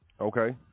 okay